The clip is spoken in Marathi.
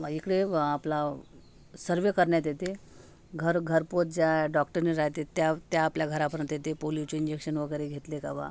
इकडे आपलाव सर्व्हे करण्यात येते घर घरपोच ज्या डॉक्टरनी राह्यते त्या त्या आपल्या घरापर्यंत येते पोलिओचे इंजेक्शन वगैरे घेतले का बुवा